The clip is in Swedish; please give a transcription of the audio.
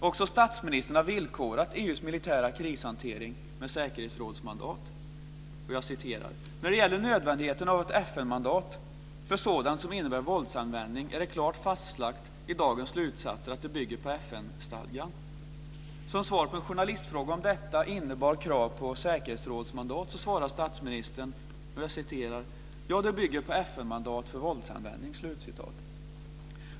Också statsministern har villkorat EU:s militära krishantering med säkerhetsrådsmandat: "När det gäller nödvändigheten av ett FN-mandat för sådant som innebär våldsanvändning är det klart fastlagt i dagens slutsatser att det bygger på FN-stadgan". Som svar på en journalistfråga om detta innebar krav på säkerhetsrådsmandat svarade statsministern: "Ja, det bygger på FN-mandat för våldsanvändning".